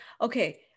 Okay